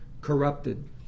corrupted